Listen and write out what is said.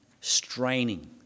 straining